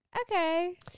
okay